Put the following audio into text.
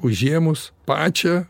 užėmus pačią